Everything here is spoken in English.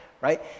right